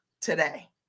today